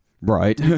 right